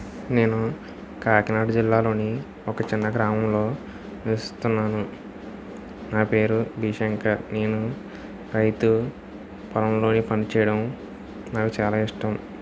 నేను కాకినాడ జిల్లాలోని ఒక చిన్న గ్రామంలో నివసిస్తున్నాను నా పేరు బి శంకర్ నేను రైతు పొలంలోని పనిచేయడం నాకు చాలా ఇష్టం